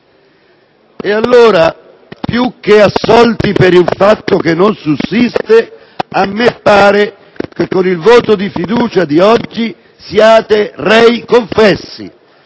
E allora, più che assolti per il fatto che non sussiste, a me pare che con il voto di fiducia di oggi siate rei confessi.